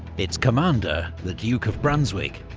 its commander, the duke of brunswick,